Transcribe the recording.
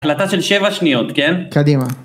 החלטה של שבע שניות, כן? קדימה.